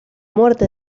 muerte